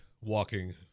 walking